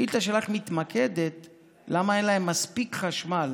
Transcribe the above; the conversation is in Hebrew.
השאילתה שלך מתמקדת בלמה אין להם מספיק חשמל,